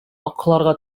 акларга